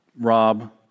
rob